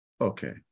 Okay